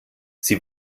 sie